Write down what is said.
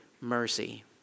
mercy